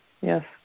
yes